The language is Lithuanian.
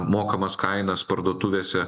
mokamas kainas parduotuvėse